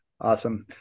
Awesome